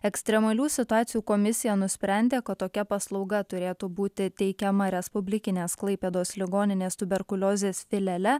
ekstremalių situacijų komisija nusprendė kad tokia paslauga turėtų būti teikiama respublikinės klaipėdos ligoninės tuberkuliozės filiale